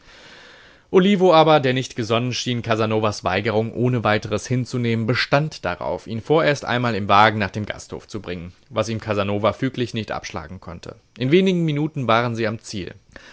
olivo aber der nicht gesonnen schien casanovas weigerung ohne weiteres hinzunehmen bestand darauf ihn vorerst einmal im wagen nach dem gasthof zu bringen was ihm casanova füglich nicht abschlagen konnte in wenigen minuten waren sie am ziel